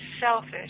selfish